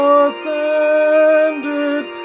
ascended